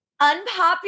unpopular